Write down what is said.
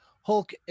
Hulk